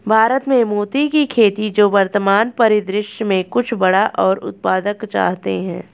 भारत में मोती की खेती जो वर्तमान परिदृश्य में कुछ बड़ा और उत्पादक चाहते हैं